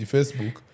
Facebook